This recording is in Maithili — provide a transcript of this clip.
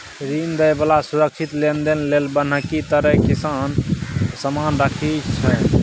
ऋण दइ बला सुरक्षित लेनदेन लेल बन्हकी तरे किछ समान राखि लइ छै